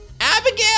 Abigail